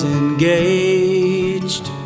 engaged